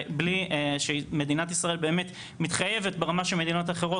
ובלי שמדינת ישראל באמת מתחייבת ברמה שמדינות אחרות,